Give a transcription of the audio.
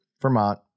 vermont